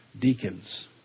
deacons